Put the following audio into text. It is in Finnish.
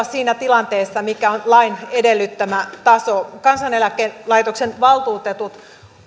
siinä tilanteessa mikä on lain edellyttämä taso kansaneläkelaitoksen valtuutetut